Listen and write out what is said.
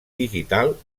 digital